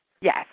Yes